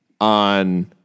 on